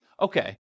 okay